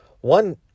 one